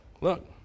look